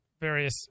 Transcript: various